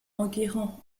enguerrand